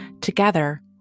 Together